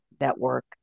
network